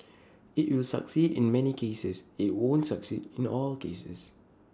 IT will succeed in many cases IT won't succeed in all cases